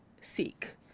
seek